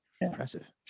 impressive